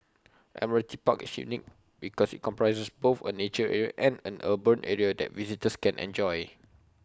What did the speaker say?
Admiralty Park is unique because IT comprises both A nature area and an urban area that visitors can enjoy